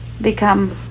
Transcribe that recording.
Become